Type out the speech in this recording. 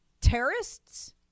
terrorists